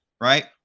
right